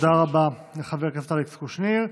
תודה רבה לחבר הכנסת אלכס קושניר.